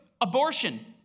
abortion